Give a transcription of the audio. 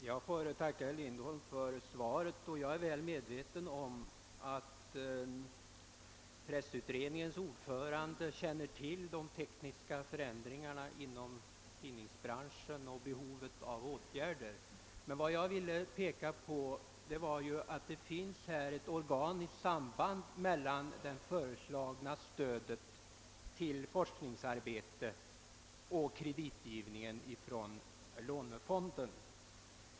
Herr talman! Jag tackar herr Lindholm för svaret. Jag är väl medveten om att pressutredningens ordförande känner till de tekniska förändringarna inom tidningsbranschen och behovet av åtgärder. Vad jag ville peka på var att det finns ett organiskt samband mellan det föreslagna stödet till forskningsarbete och kreditgivningen från lånefonden.